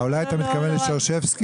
אולי אתה מתכוון לוועדת שרשבסקי?